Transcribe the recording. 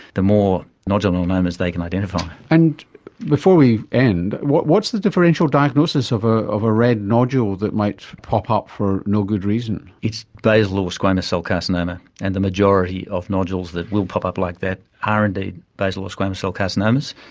the more nodular melanomas they can identify. um and before we end, what's the differential diagnosis of ah of a red nodule that might pop up for no good reason? it's basal or squamous cell carcinoma, and the majority of nodules that will pop up like that are indeed basal or squamous cell carcinomas,